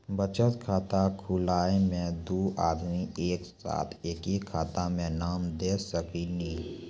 बचत खाता खुलाए मे दू आदमी एक साथ एके खाता मे नाम दे सकी नी?